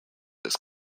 this